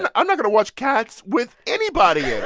and i'm not going to watch cats with anybody yeah